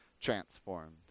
transformed